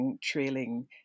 trailing